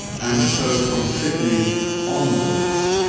and so from sydney onwards,